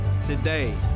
Today